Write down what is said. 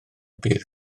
bydd